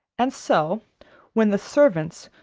and so when the servants,